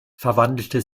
verwandelte